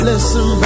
Listen